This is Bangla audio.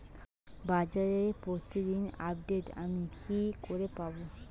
বাজারের প্রতিদিন আপডেট আমি কি করে পাবো?